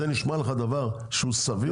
זה נשמע לך דבר שהוא סביר?